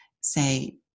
say